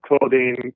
clothing